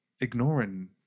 ignoring